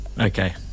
Okay